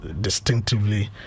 distinctively